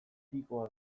pikoa